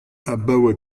abaoe